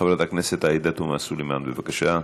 חברת הכנסת עאידה תומא סלימאן, בבקשה.